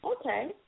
Okay